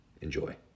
Enjoy